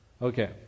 Okay